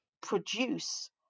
produce